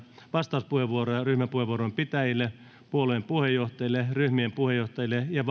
vastauspuheenvuoroja ryhmäpuheenvuoron pitäjille puolueiden puheenjohtajille ryhmien puheenjohtajille ja